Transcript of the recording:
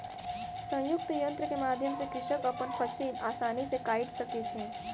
संयुक्तक यन्त्र के माध्यम सॅ कृषक अपन फसिल आसानी सॅ काइट सकै छै